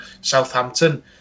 Southampton